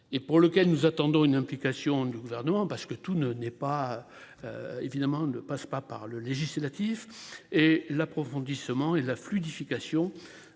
et pour lequel nous attendons une implication du gouvernement parce que tous ne n'est pas. Évidemment ne passe pas par le législatif et l'approfondissement et la fluidification